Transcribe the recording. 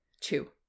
Two